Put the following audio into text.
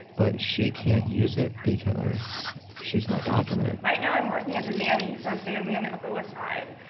but she can't use it, because because she's not documented right now, i'm working as a nanny for a family on the upper westside.